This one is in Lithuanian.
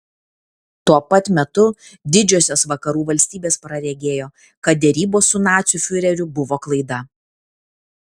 tuo pat metu didžiosios vakarų valstybės praregėjo kad derybos su nacių fiureriu buvo klaida